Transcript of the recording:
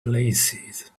places